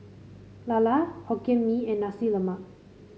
lala Hokkien Mee and Nasi Lemak